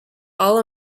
all